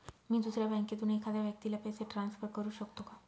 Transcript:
मी दुसऱ्या बँकेतून एखाद्या व्यक्ती ला पैसे ट्रान्सफर करु शकतो का?